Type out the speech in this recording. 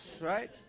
right